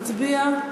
נצביע.